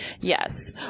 Yes